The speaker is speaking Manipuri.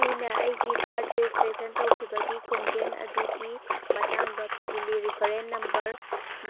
ꯑꯩꯅ ꯑꯩꯒꯤ ꯕꯥꯔꯠ ꯔꯦꯖꯤꯁꯇ꯭ꯔꯦꯁꯟ ꯇꯧꯈꯤꯕꯒꯤ ꯈꯣꯡꯖꯦꯜ ꯑꯗꯨꯒꯤ ꯃꯇꯥꯡꯗ ꯊꯤꯖꯤꯜꯂꯤ ꯔꯤꯐ꯭ꯔꯦꯟꯁ ꯅꯝꯕꯔ